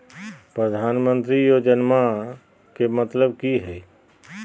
प्रधानमंत्री योजनामा के मतलब कि हय?